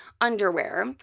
underwear